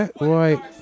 right